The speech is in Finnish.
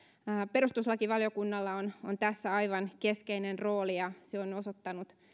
perustuslakivaliokunnalla on on tässä aivan keskeinen rooli ja se on osoittanut